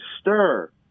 stir